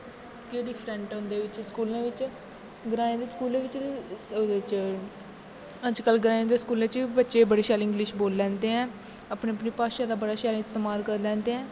केह् डिफ्रैंट होंदे बिच्च स्कूलें बिच्च ग्राएं दे स्कूलें बिच्च ते एह्दे च अज्ज कल ग्राएं दे स्कूलें च बी बच्चे इंग्लिश बड़ी शैल बोली लैंदे ऐ अपनी अपनी भाशा दा बड़ा शैल इस्तमाल करी लैंदे ऐ